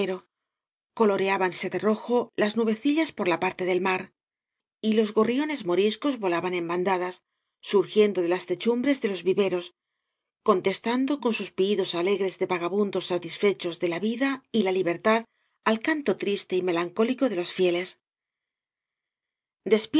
coloreábanse de rojo las nubéculas por la parte del mar y los gorriones moriscos volaban en bandadas surgiendo de las techumbres de los viveros contestando con sus piídos alegres de vagabundos satisfechos de la vida y la libertad al cauto triste y melancólico de los fieles